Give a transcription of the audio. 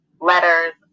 letters